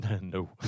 No